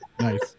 Nice